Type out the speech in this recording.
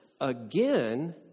again